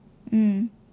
mm